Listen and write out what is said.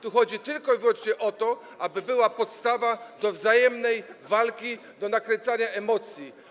Tu chodzi tylko i wyłącznie o to, aby była podstawa do wzajemnej walki, do nakręcania emocji.